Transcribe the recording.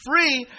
free